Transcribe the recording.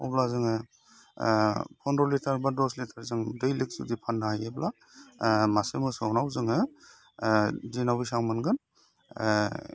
अब्ला जोङो फन्द्र' लिटार बा दस लिटार जों दैलि फाननो हायोब्ला मासे मोसौनाव जोङो दिनाव बेसेबां मोनगोन